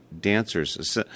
dancers